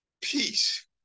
peace